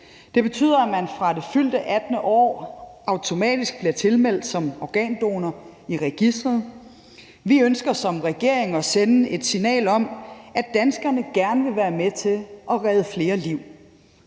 Det betyder, at man fra det fyldte 18. år automatisk bliver tilmeldt som organdonor i registeret. Vi ønsker som regering at sende et signal om, at danskerne gerne vil være med til at redde flere liv.